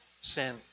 sin